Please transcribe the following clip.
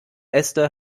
äste